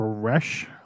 fresh